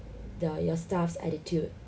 the your staff's attitude